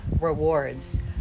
rewards